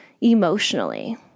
emotionally